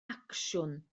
acsiwn